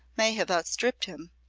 may have outstripped him,